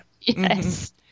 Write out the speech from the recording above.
Yes